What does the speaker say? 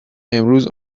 امروز